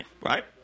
Right